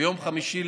ביום חמישי,